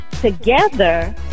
together